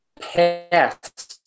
past